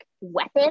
weapon